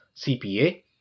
CPA